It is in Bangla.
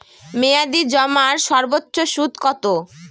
মেয়াদি জমার সর্বোচ্চ সুদ কতো?